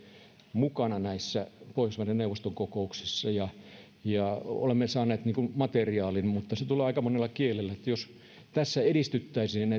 mukana näissä pohjoismaiden neuvoston kokouksissa ja ja olemme saaneet materiaalin joka tulee aika monella kielellä että jos tässä edistyttäisiin